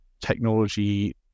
technology